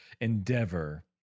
endeavor